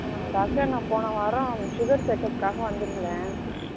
doctor நான் போன வாரம் சுகர் செக்அப்காக வந்திருந்தேன்